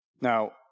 Now